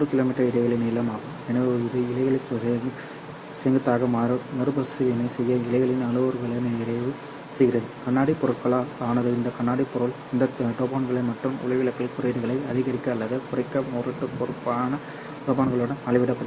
me இடைவெளி நீளம் ஆகும் எனவே இது இழைகளின் செங்குத்தாக மறுபரிசீலனை செய்ய இழைகளின் அளவுருக்களை நிறைவு செய்கிறது கண்ணாடி பொருட்களால் ஆனது இந்த கண்ணாடி பொருள் இந்த டோபண்டுகள் மற்றும் ஒளிவிலகல் குறியீடுகளை அதிகரிக்க அல்லது குறைக்க பொருட்டு பொருத்தமான டோபண்டுகளுடன் அளவிடப்படுகிறது